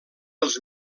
dels